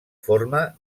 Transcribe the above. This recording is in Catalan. forma